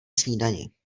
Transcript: snídani